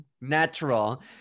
Natural